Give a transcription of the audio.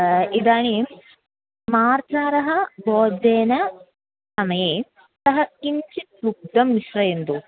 इदानीं मार्जारः भोजनसमये सः किञ्चित् दुग्धं मिश्रयन्तु